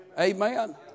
Amen